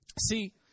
See